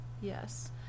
yes